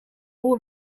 all